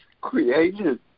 created